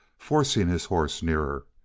forcing his horse nearer.